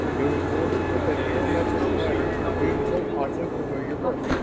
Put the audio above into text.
it was bordered with a geometric pattern of beautiful, oddly familiar work.